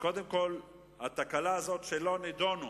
התקלה היא שלא נדונו